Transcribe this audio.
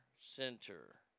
Center